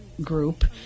group